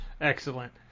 Excellent